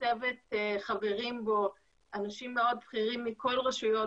בצוות חברים אנשים מאוד בכירים מכל רשויות